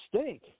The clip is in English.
stink